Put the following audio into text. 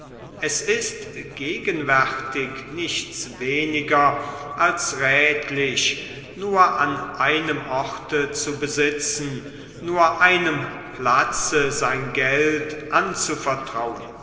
es ist gegenwärtig nicht weniger als rätlich nur an einem orte zu besitzen nur einem platze sein geld anzuvertrauen